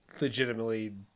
legitimately